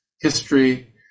history